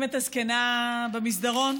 את הזקנה במסדרון?